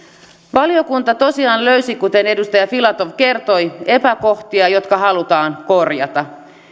valiokunta tosiaan löysi kuten edustaja filatov kertoi epäkohtia jotka halutaan korjata